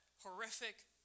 horrific